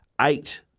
Eight